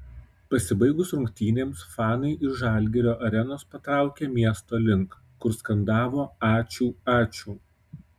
pasibaigus rungtynėms fanai iš žalgirio arenos patraukė miesto link kur skandavo ačiū ačiū